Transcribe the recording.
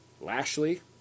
Lashley